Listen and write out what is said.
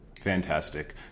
fantastic